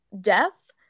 death